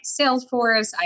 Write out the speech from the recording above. Salesforce